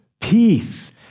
peace